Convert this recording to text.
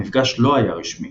המפגש לא היה רשמי